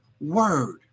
word